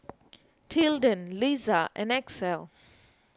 Tilden Liza and Axel